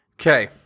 Okay